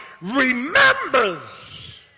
remembers